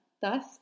Thus